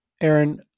Aaron